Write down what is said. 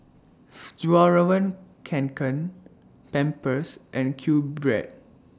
Fjallraven Kanken Pampers and QBread